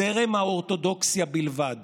שאני מעריך אותו כיושב-ראש ועדת חוקה,